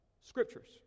Scriptures